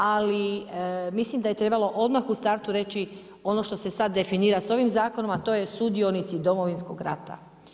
Ali, mislim da je trebalo odmah u startu reći, ono što se sad definira s ovim zakonom, a to je sudionici Domovinskog rata.